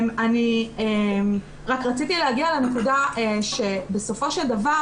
אני רק רציתי להגיע לנקודה שבסופו של דבר